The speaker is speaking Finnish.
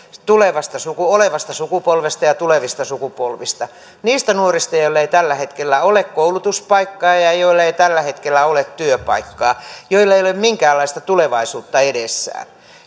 olevasta sukupolvesta ja tulevista sukupolvista niistä nuorista joilla ei tällä hetkellä ole koulutuspaikkaa ja ja joilla ei tällä hetkellä ole työpaikkaa ja joilla ei ole minkäänlaista tulevaisuutta edessään